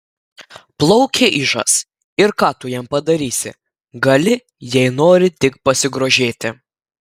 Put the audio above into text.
plaukia ižas ir ką tu jam padarysi gali jei nori tik pasigrožėti